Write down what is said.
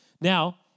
Now